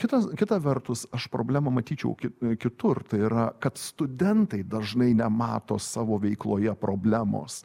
kitas kita vertus aš problemą matyčiau ki kitur tai yra kad studentai dažnai nemato savo veikloje problemos